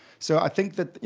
so i think that you